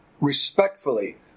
respectfully